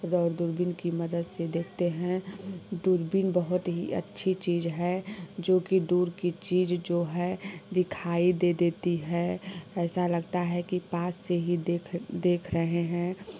एगो और दूरबीन की मदद से देखते हैं दूरबीन बहुत ही अच्छी चीज़ है जो कि दूर की चीज़ जो है दिखाई दे देती है ऐसा लगता है कि पास से ही देख देख रहे हैं